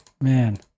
Man